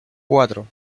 cuatro